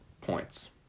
points